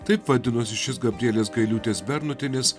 taip vadinosi šis gabrielės gailiūtės bernotienės